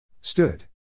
Stood